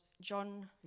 john